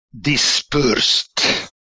dispersed